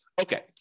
Okay